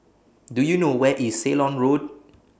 Do YOU know Where IS Ceylon Road